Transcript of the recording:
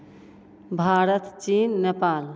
Bharat Chin Nepal